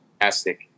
fantastic